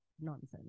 nonsense